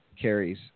carries